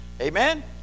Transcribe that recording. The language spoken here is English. Amen